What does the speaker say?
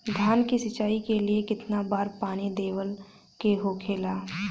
धान की सिंचाई के लिए कितना बार पानी देवल के होखेला?